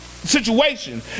situation